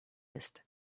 ist